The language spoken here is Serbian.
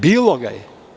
Bilo ga je.